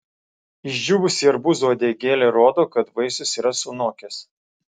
išdžiūvusi arbūzo uodegėlė rodo kad vaisius yra sunokęs